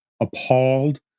appalled